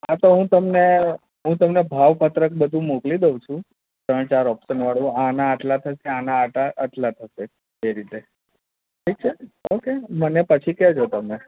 હા તો હું તમને હું તમને ભાવપત્રક બધું મોકલી દઉં છું ત્રણ ચાર ઓપ્શનવાળું તો આના આટલા થશે આના આટા આટલા થશે એ રીતે ઠીક છે ઓકે મને પછી કહેજો તમે